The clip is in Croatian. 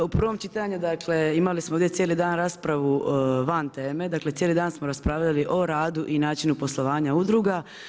U prvom čitanju imali smo ovdje cijeli dan raspravu van teme, dakle cijeli dan smo raspravljali o radu i načinu poslovanja udruga.